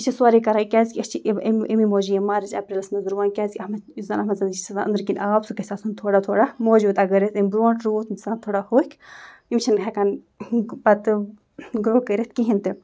یہِ چھِ سورٕے کران کیٛازِ کہِ أسۍ چھِ أمی موجوٗب یِم مارٕچ اپریلَس منٛز رُوان کیٛازِکہِ اَتھ منٛز یُس زَنہٕ اَتھ منٛز چھِ آسان أندٕرۍ کِنۍ آب سُہ گژھِ آسُن تھوڑا تھوڑا موجوٗد اگر أسۍ اَمہِ برٛونٛٹھ رُوَو یہِ چھِ آسان تھوڑا ہوٚکھۍ یِم چھِنہٕ ہٮ۪کان پَتہٕ گرو کٔرِتھ کِہیٖنۍ تہِ